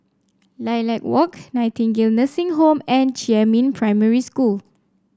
Lilac Walk Nightingale Nursing Home and Jiemin Primary School